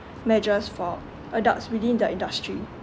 measures for adults within the industry